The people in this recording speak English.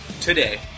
today